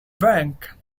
bank